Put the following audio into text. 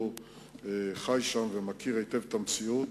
שחי שם ומכיר היטב את המציאות,